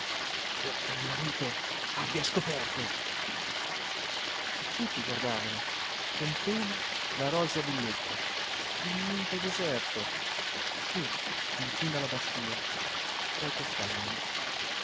o che il marito abbia scoperto e tutti guardavano con pena la rosea villetta il nido deserto su in cima alla bastìa tra i castagni